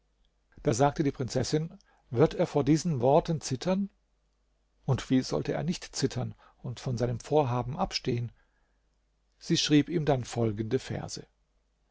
da sagte die prinzessin wird er vor diesen worten zittern und wie sollte er nicht zittern und von seinem vorhaben abstehen sie schrieb ihm dann folgende verse